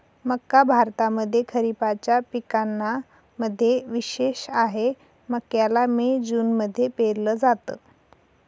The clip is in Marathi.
मक्का भारतामध्ये खरिपाच्या पिकांना मध्ये विशेष आहे, मक्याला मे जून मध्ये पेरल जात